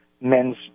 men's